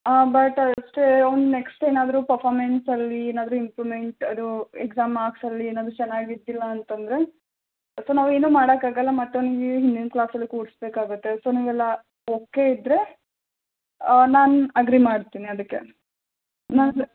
ಹಾಂ ಬಟ್ ಅಷ್ಟೆ ಅವ್ನು ನೆಕ್ಸ್ಟ್ ಏನಾದರು ಪರ್ಫಾರ್ಮೆನ್ಸ್ ಅಲ್ಲಿ ಏನಾದರು ಇಂಪ್ರೂವ್ಮೆಂಟ್ ಇದು ಎಕ್ಸಾಮ್ ಮಾರ್ಕ್ಸಲ್ಲಿ ಏನಾದರು ಚೆನ್ನಾಗಿದ್ದಿಲ್ಲ ಅಂತಂದರೆ ಸೊ ನಾವು ಏನೂ ಮಾಡೋಕ್ಕಾಗಲ್ಲ ಮತ್ತು ಅವನಿಗೆ ಹಿಂದಿನ ಕ್ಲಾಸಲ್ಲಿ ಕೂರಿಸ್ಬೇಕಾಗತ್ತೆ ಸೊ ನಿಮಗೆಲ್ಲ ಓಕೆ ಇದ್ದರೆ ನಾನು ಅಗ್ರೀ ಮಾಡ್ತೀನಿ ಅದಕ್ಕೆ ಮತ್ತೆ